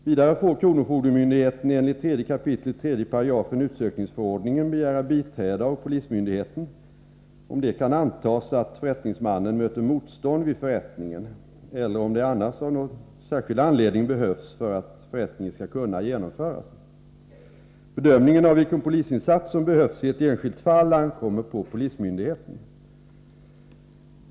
Vidare får kronofogdemyndigheten enligt 3 kap. 3 § utsökningsförordningen begära biträde av polismyndigheten, om det kan antas att förrättningsmannen möter motstånd vid förrättningen eller om det annars av någon särskild anledning behövs för att förrättningen skall kunna genomföras. Bedömningen av vilken polisinsats som behövs i ett enskilt fall ankommer på polismyndigheten.